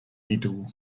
ditugu